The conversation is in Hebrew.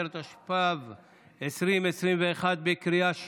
10), התשפ"ב 2021, בקריאה שנייה.